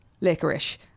licorice